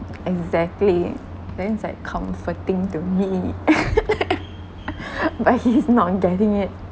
exactly that is like comforting to me but he is not getting it